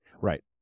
Right